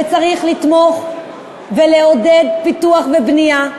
וצריך לתמוך ולעודד פיתוח ובנייה.